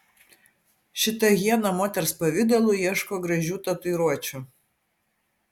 šita hiena moters pavidalu ieško gražių tatuiruočių